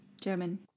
German